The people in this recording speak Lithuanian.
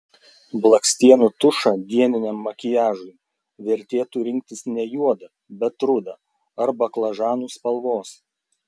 blakstienų tušą dieniniam makiažui vertėtų rinktis ne juodą bet rudą ar baklažanų spalvos